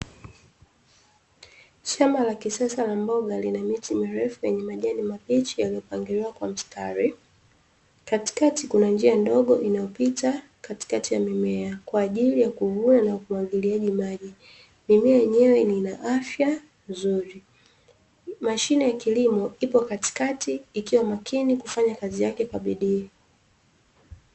Shamba la kisasa la mboga lina miti mrefu yenye majini mabichi yaliyopangiliwa kwa mstari. katikakati kuna njia ndogo inayopita katikati ya mimea kwa ajili ya kuvuna na umwagiliaji maji. Mimea yenyewe ina afya nzuri. Mashine ya kilimo ipo katikati ikiwa makini kufanya kazi yake kwa bidii.